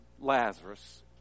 Lazarus